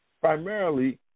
primarily